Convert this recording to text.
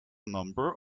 number